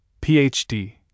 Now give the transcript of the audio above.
Ph.D